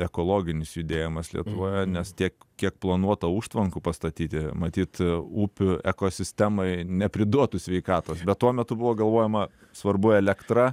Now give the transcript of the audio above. ekologinis judėjimas lietuvoje nes tiek kiek planuota užtvankų pastatyti matyt upių ekosistemai nepriduotų sveikatos bet tuo metu buvo galvojama svarbu elektra